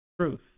truth